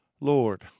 Lord